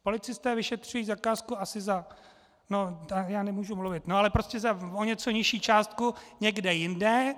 Policisté vyšetřují zakázku asi za já nemůžu mluvit, ale prostě za o něco nižší částku někde jinde.